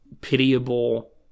pitiable